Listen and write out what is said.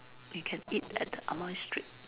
we can eat at the Amoy Street